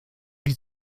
die